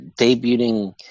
debuting